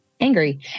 angry